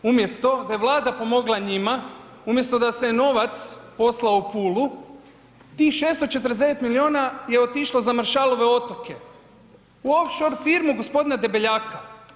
Umjesto da je Vlada pomogla njima, umjesto da se novac poslao u Pulu, tih 649 milijuna je otišlo za Maršalove otoke u off-shore firmu g. Debeljaka.